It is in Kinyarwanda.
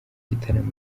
igitaramo